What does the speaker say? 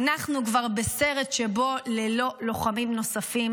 אנחנו כבר בסרט שבו ללא לוחמים נוספים